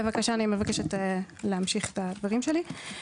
בבקשה, אני מבקשת להמשיך את הדברים שלי.